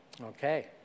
Okay